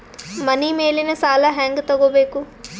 ಮನಿ ಮೇಲಿನ ಸಾಲ ಹ್ಯಾಂಗ್ ತಗೋಬೇಕು?